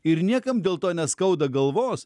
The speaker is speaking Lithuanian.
ir niekam dėl to neskauda galvos